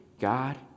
God